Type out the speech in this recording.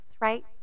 right